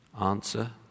Answer